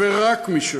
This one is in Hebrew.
ורק משלו.